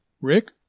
Rick